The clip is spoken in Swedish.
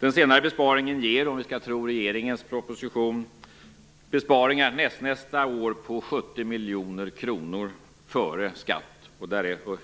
Det senare förslaget ger, om vi skall tro regeringens proposition, besparingar nästnästa år på 70 miljoner kronor före skatt,